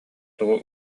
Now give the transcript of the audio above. тугу